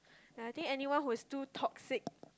ya I think anyone who is too toxic